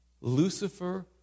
Lucifer